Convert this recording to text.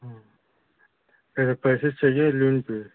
हाँ फिर पैसे पर चहिए या लोन पर